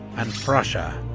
and prussia,